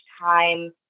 time